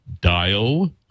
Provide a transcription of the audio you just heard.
dial